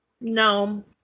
No